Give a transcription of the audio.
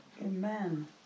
Amen